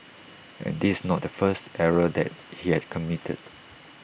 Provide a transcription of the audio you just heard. and this is not the first error that he had committed